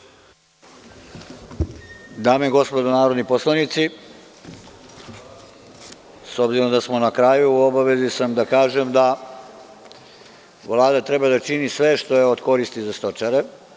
Dame i gospodo narodni poslanici, s obzirom da smo na kraju, u obavezi sam da kažem da Vlada treba da čini sve što je od koristi za stočare.